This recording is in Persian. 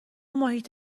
محیط